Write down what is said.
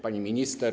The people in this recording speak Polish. Pani Minister!